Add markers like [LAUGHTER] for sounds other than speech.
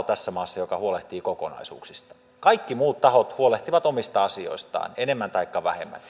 [UNINTELLIGIBLE] tässä maassa ainoa taho joka huolehtii kokonaisuuksista kaikki muut tahot huolehtivat omista asioistaan enemmän taikka vähemmän